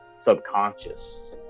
subconscious